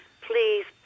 please